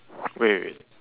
wait wait wait